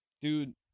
dude